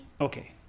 Okay